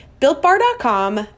builtbar.com